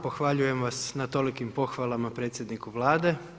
Pohvaljujem vas na tolikim pohvalama predsjedniku Vlade.